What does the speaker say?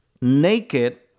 naked